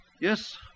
Yes